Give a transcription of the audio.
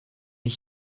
ich